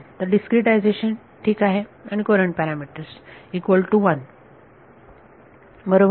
तर डिस्क्रीटायझेशन ठीक आहे आणि कुरंट पॅरामीटर्स इक्वल टू 1 बरोबर